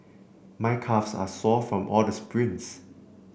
my calves are sore from all the sprints